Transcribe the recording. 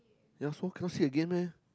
yea so classy again meh